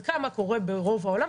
ובדקה מה קורה ברוב העולם,